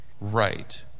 right